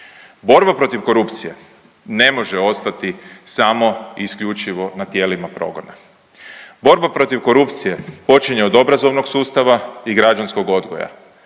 Borba protiv korupcije ne može ostati samo i isključivo na tijelima progona, borba protiv korupcije počinje od obrazovnog sustava i građanskog odgoja,